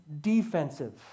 defensive